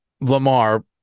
Lamar